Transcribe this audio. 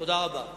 תודה רבה.